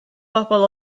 bobl